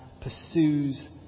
pursues